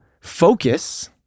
focus